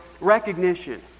recognition